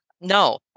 no